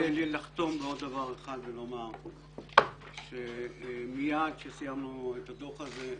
אני רוצה לחתום בעוד דבר אחד ולומר שמיד כשסיימנו את הדוח הזה,